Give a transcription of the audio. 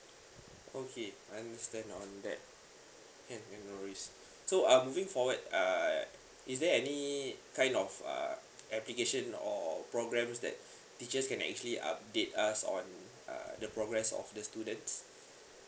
okay I'm understand on that can so I'm moving forward uh is there any kind of uh application or programs that teachers can actually update us on uh the progress of the students